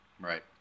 Right